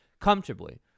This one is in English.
comfortably